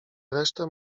resztę